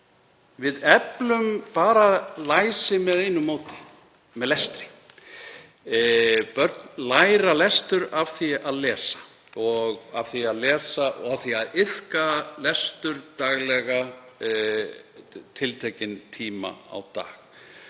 Við eflum bara læsi með einu móti: Með lestri. Börn læra lestur af því að lesa og af því að iðka lestur daglega, tiltekinn tíma á dag.